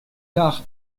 car